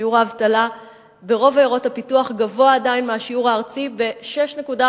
שיעור האבטלה ברוב עיירות הפיתוח עדיין גבוה מהשיעור הארצי ב-6.4%.